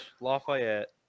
Lafayette